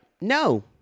no